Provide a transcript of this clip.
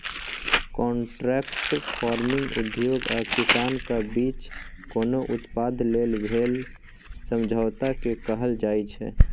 contract farming उद्योग आ किसानक बीच कोनो उत्पाद लेल भेल समझौताकेँ कहल जाइ छै